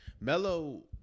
Melo